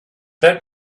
that